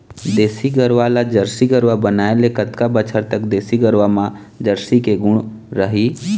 देसी गरवा ला जरसी गरवा बनाए ले कतका बछर तक देसी गरवा मा जरसी के गुण रही?